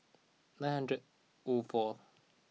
nine hundred O four